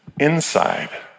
inside